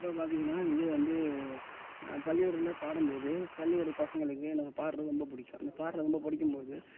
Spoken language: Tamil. அப்புறோம் பார்த்தீங்கன்னா இது வந்து பள்ளிக்கூடத்தில் பாடும் போது பள்ளிக்கூட பசங்களுக்கு நம்ம பாடுறது ரொம்ப பிடிக்கும் அந்த பாடுறது ரொம்ப பிடிக்கும் போது